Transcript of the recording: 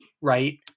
right